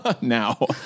Now